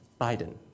Biden